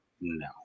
no